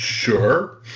Sure